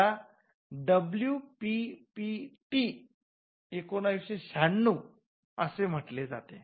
त्याला डब्ल्यूपीपीटी १९९६ असे म्हटले जाते